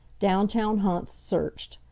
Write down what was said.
down town haunts searched.